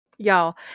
y'all